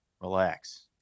Relax